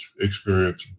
experience